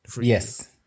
Yes